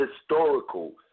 historical